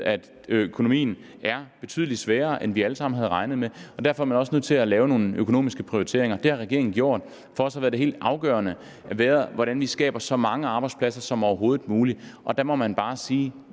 at økonomien er betydelig svagere, end vi alle sammen havde regnet med, og derfor er vi også nødt til at lave nogle økonomiske prioriteringer. Det har regeringen gjort. For os har det været helt afgørende, hvordan vi skaber så mange arbejdspladser som overhovedet muligt, og der må man bare sige,